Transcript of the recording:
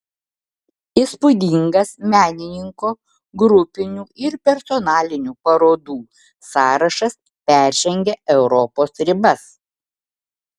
įspūdingas menininko grupinių ir personalinių parodų sąrašas peržengia europos ribas